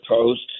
Post